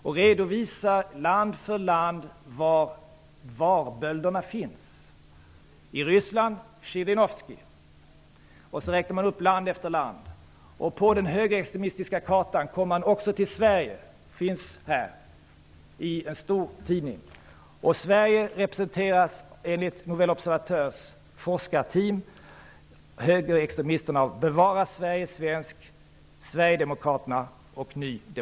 Man redovisar land för land var varbölderna finns. I Ryssland är det t.ex. Zjirinovskij. På den högerextremistiska kartan kommer man också till Sverige. I Sverige representeras högerextremisterna, enligt Le